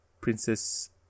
Princess